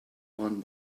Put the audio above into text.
man